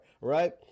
right